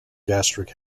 gastric